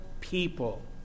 people